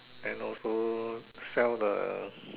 then also sell the